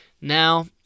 Now